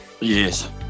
yes